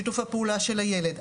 שיתוף הפעולה של הילד,